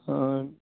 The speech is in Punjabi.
ਹਾਂ